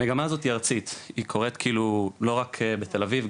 המגמה הזו היא מגמה ארצית והיא קורית לא רק בעיר תל אביב,